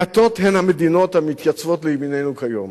מעטות הן המדינות המתייצבות לימיננו כיום.